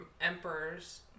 emperors